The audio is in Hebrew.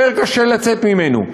יותר קשה לצאת ממנו.